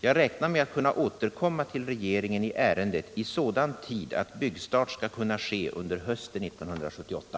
Jag räknar med att kunna återkomma till regeringen i ärendet i sådan tid att byggstart skall kunna ske under hösten 1978.